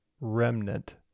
remnant